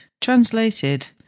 Translated